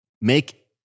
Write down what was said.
make